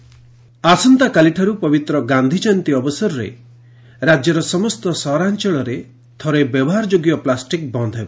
plastic ବନ୍ଦ ଆସନ୍ତାକାଲିଠାରୁ ପବିତ୍ର ଗାଧି ଜୟନ୍ତୀ ଅବସରରେ ରାଜ୍ୟର ସମସ୍ତ ସହରାଞ୍ଚଳରେ 'ଥରେ ବ୍ୟବହାର ଯୋଗ୍ୟ ପ୍ଲାଷ୍ଟିକ୍' ବନ୍ଦ ହେବ